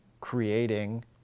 creating